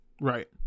right